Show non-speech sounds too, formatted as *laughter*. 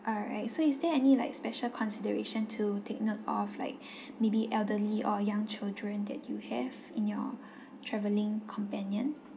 all right so is there any like special consideration to take note of like *breath* maybe elderly or young children that you have in your *breath* travelling companion